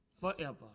forever